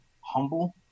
humble